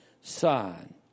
son